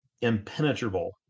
impenetrable